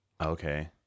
Okay